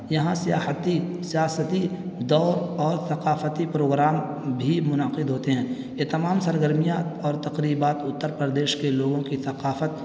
یہاں سیاحتی سیاستی دور اور ثقافتی پروگرام بھی منعقد ہوتے ہیں یہ تمام سرگرمیاں اور تقریبات اتر پردیش کے لوگوں کی ثقافت